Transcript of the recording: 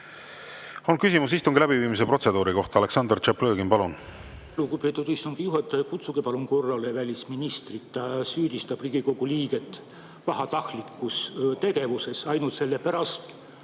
on küsimus istungi läbiviimise protseduuri kohta. Aleksandr Tšaplõgin, palun!